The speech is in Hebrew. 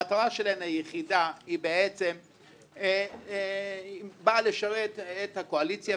המטרה שלהן היחידה היא בעצם באה לשרת את הקואליציה,